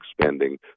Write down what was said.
spending